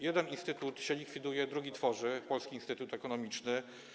Jeden instytut się likwiduje, drugi tworzy - Polski Instytut Ekonomiczny.